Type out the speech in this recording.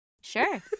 Sure